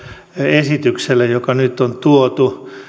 esitykselle joka nyt on tuotu